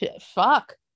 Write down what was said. Fuck